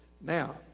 now